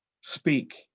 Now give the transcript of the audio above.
speak